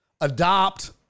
adopt